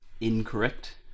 Incorrect